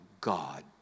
God